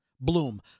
Bloom